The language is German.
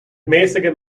mäßigem